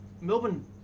Melbourne